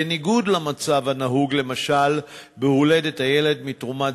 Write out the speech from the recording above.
בניגוד למצב הנהוג למשל בהולדת הילד מתרומת